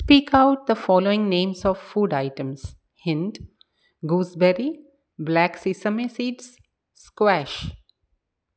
speak out the following names of food items hint gooseberry black sesame seeds squash